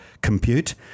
compute